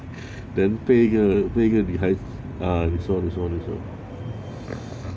then 被一个被一个女孩子啊你说你说你说